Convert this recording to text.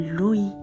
lui